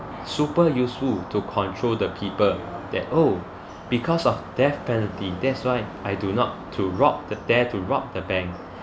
super useful to control the people that oh because of death penalty that's why I do not to rob the dare to rob the bank